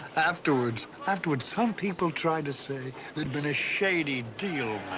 afterwards, afterwards, some people tried to say there'd been a shady deal